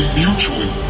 mutually